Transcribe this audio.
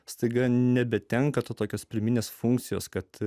staiga nebetenka tokios pirminės funkcijos kad